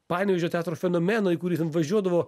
panevėžio teatro fenomeną į kurį ten važiuodavo